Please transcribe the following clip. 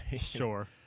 sure